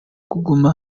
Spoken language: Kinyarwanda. kuguma